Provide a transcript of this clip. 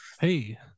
hey